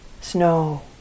snow